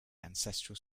ancestral